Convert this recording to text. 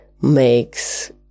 makes